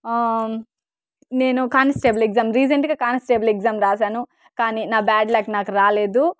నేను constable exam రీసెంట్గా constable exam రాశాను కానీ నా బ్యాడ్ లక్ నాకు రాలేదు